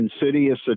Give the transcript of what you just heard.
insidious